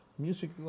Music